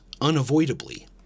unavoidably